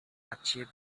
achieve